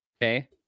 Okay